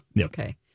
Okay